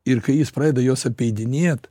ir kai jis pradeda juos apeidinėt